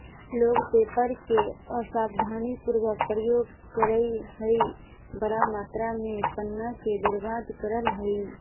लोग पेपर के असावधानी पूर्वक प्रयोग करअ हई, बड़ा मात्रा में पन्ना के बर्बाद करअ हई